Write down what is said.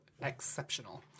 exceptional